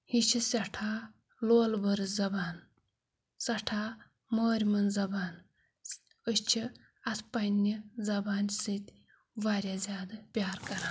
یہِ چھِ سٮ۪ٹھاہ لول بٔرٕژ زبان سٮ۪ٹھاہ مٲرۍ مٔنٛز زبان أسۍ چھِ اَتھ پنٛنہِ زبانہِ سۭتۍ واریاہ زیادٕ پیار کَران